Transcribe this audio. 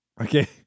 Okay